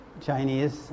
Chinese